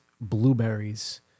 blueberries